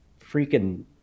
freaking